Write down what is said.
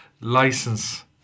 license